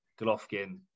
Golovkin